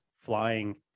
flying